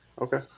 okay